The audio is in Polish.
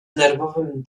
nerwowym